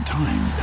time